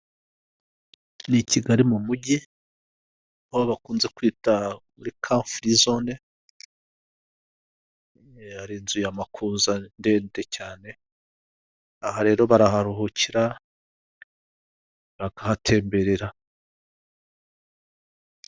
Ni i Kigali mu mujyi aho bakunze kwita muri ka furi zone, hari inzu ya makuza ndende cyane aha rero baraharuhukira bakahatemberera.